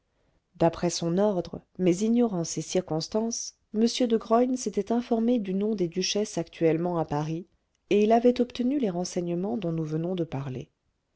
d'après son ordre mais ignorant ces circonstances m de graün s'était informé du nom des duchesses actuellement à paris et il avait obtenu les renseignements dont nous venons de parler